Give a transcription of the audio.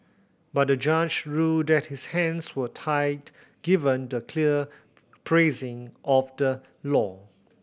but the judge ruled that his hands were tied given the clear phrasing of the law